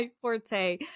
forte